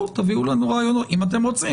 תביאו לנו רעיונות אם אתם רוצים,